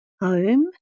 home